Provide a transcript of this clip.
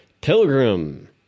Pilgrim